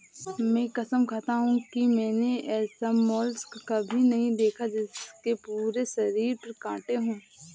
मैं कसम खाता हूँ कि मैंने ऐसा मोलस्क कभी नहीं देखा जिसके पूरे शरीर पर काँटे हों